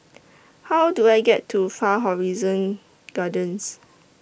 How Do I get to Far Horizon Gardens